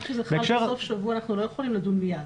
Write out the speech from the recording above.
רק כשזה חל בסוף שבוע אנחנו לא יכולים לדון מייד.